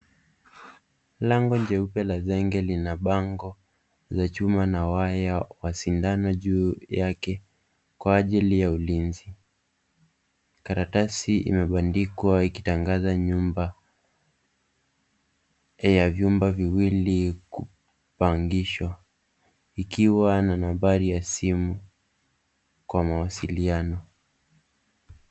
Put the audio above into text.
Lango jeupe la zege lina bango la chuma na wa sindano juu yake kwa ajili ya ulinzi. Karatasi imebandikwa ikitangaza nyumba ya vyumba viwili kupangishwa ikiwa na nambari ya simu kwa mawasiliano.